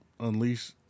Unleash